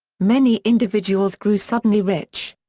many individuals grew suddenly rich.